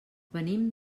venim